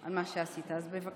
על מה שעשית, אז בבקשה.